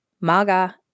MAGA